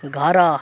ଘର